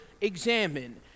examine